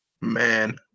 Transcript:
Man